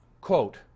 quote